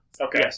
Okay